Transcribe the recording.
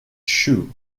shoe